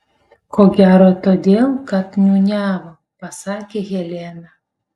ko gero todėl kad niūniavo pasakė helena